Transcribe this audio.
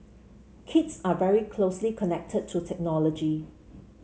kids are very closely connected to technology